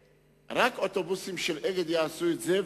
ורק אוטובוסים של "אגד" יעשו את זה,